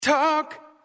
Talk